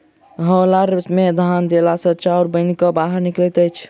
hauler मे धान देला सॅ चाउर बनि क बाहर निकलैत अछि